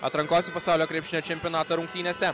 atrankos į pasaulio krepšinio čempionatą rungtynėse